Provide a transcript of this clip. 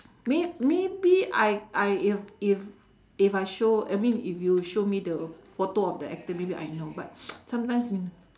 may~ maybe I I if if if I show I mean if you show me the photo of the actor I know but sometimes you know